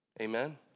Amen